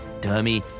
dummy